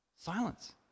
Silence